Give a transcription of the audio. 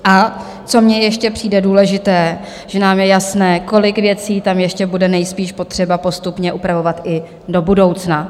A co mně ještě přijde důležité, že nám je jasné, kolik věcí tam ještě bude nejspíš potřeba postupně upravovat i do budoucna.